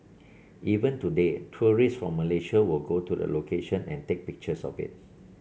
even today tourist from Malaysia will go to the location and take pictures of it